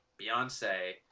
beyonce